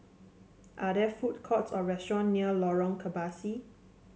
are there food courts or restaurant near Lorong Kebasi